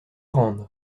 rende